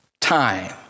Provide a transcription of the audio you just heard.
time